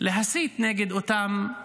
להסית נגד אותם אזרחים,